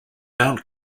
mount